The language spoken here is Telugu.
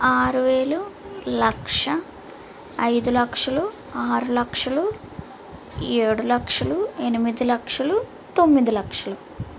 ఆరువేలు లక్ష ఐదు లక్షలు ఆరు లక్షలు ఏడు లక్షలు ఎనిమిది లక్షలు తొమ్మిది లక్షలు